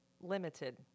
limited